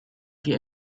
die